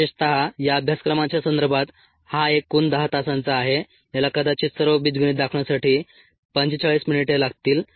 विशेषत या अभ्यासक्रमाच्या संदर्भात हा एकूण 10 तासांचा आहे याला कदाचित सर्व बीजगणित दाखवण्यासाठी 45 मिनिटे लागतील